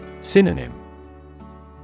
Synonym